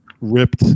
ripped